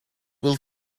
will